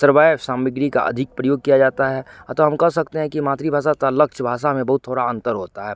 सर्वाय सामग्री का अधिक प्रयोग किया जाता है अतः हम कह सकते हैं कि मातृभाषा तथा लक्ष्य भाषा में बहुत थोड़ा अंतर होता है